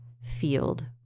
field